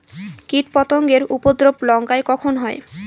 কীটপতেঙ্গর উপদ্রব লঙ্কায় কখন হয়?